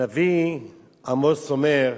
הנביא עמוס אומר: